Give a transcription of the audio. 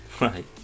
right